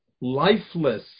lifeless